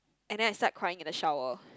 and then I start crying in the shower